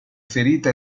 ferite